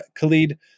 Khalid